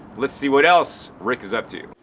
let's see what else rick is up to.